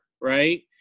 right